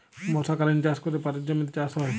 বর্ষকালীল চাষ ক্যরে পাটের জমিতে চাষ হ্যয়